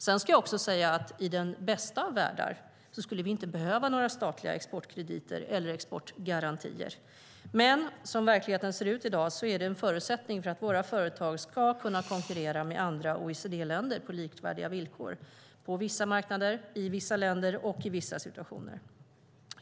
Sedan ska jag också säga att i den bästa av världar skulle vi inte behöva några statliga exportkrediter eller exportgarantier, men som verkligheten ser ut i dag är det en förutsättning för att våra företag ska kunna konkurrera med företag från andra OECD-länder på likvärdiga villkor på vissa marknader, i vissa länder och i vissa situationer.